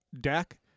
Dak